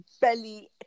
Belly